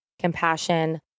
compassion